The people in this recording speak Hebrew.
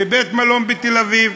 בבית-מלון בתל-אביב.